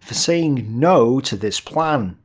for saying no to this plan,